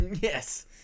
Yes